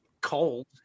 cold